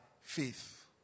faith